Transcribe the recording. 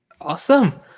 awesome